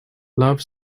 love